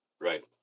Right